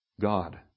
God